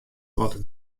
wat